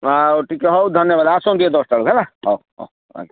ଆଉ ଟିକିଏ ହଉ ଧନ୍ୟବାଦ ଆସନ୍ତୁ ଟିକିଏ ଦଶଟାବେଳକୁ ହେଲା ହଉ ହଉ ଆଜ୍ଞା